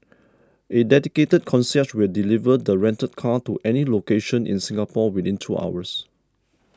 a dedicated concierge will deliver the rented car to any location in Singapore within two hours